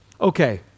Okay